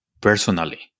personally